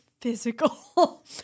physical